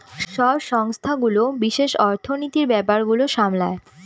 সব সংস্থাগুলো বিশেষ অর্থনীতির ব্যাপার গুলো সামলায়